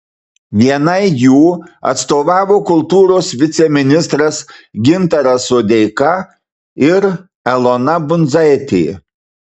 vienai jų atstovavo kultūros viceministras gintaras sodeika ir elona bundzaitė